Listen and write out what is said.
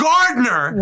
Gardner